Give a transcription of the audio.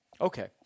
Okay